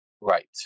Right